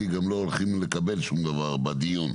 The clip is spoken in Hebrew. כי גם לא הולכים לקבל שום דבר בדיון.